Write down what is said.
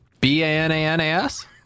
B-A-N-A-N-A-S